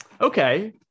okay